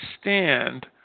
stand